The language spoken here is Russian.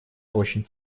очень